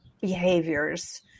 behaviors